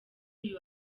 uyu